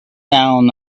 down